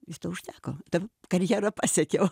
iš to užteko tam karjerą pasiekiau